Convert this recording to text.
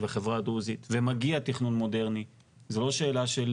והדרוזית ומגיע תכנון מודרני, זה לא שאלה של